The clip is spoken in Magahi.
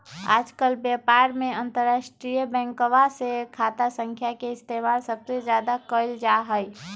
आजकल व्यापार में अंतर्राष्ट्रीय बैंकवा के खाता संख्या के इस्तेमाल सबसे ज्यादा कइल जाहई